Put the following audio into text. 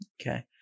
Okay